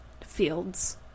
fields